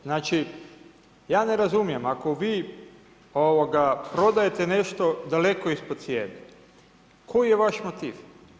Znači, ja ne razumijem ako vi prodajete nešto daleko ispod cijene, koji je vaš motiv?